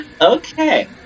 Okay